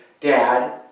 dad